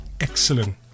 Excellent